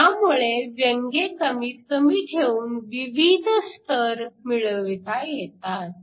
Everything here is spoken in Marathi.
ह्यामुळे व्यंगे कमीत कमी ठेवून विविध स्तर मिळवता येतात